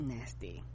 Nasty